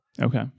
Okay